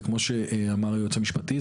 וכמו שאמר היועץ המשפטי,